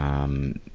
um,